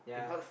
yeah